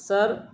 sir